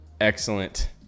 excellent